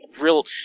real